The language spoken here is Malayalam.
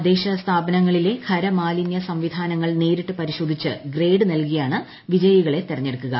തദ്ദേശഭരണ സ്ഥാപനങ്ങളിലെ ഖരമാലിന്യ സംവിധാനങ്ങൾ നേരിട്ടു പരിശോധിച്ച് ഗ്രേഡ് നൽകിയാണ് വിജയികളെ തെരഞ്ഞെടുക്കുക